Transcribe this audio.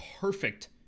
perfect